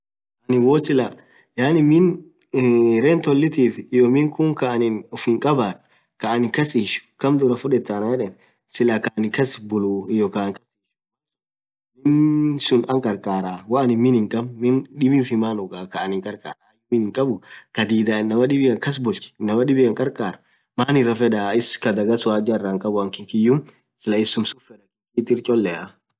anin woo Silah miin retalltif hiyo miin khun ufin khabadh kaaanin kass ishuu kamm dhurah fudhethaa Annan yedhe silah khaa anin kas bullu iyyo kaaa anin Kasi ishuu malsun miiin sunn anakhakharah woo anin miin hinkhabne miin dhifiii maaan ughaa Kaa anin kharkhar ayyu miin hikhabuu khaa dhidan inamaa dhibian kasbulchuu inamaa dhibiane kharkhar maaan irafedha khadhagha suun haja irahikhabu anin kikiyum fedha isumsut iracholea